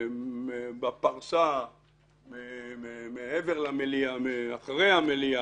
בפרסה במעבר למליאה, מאחורי המליאה,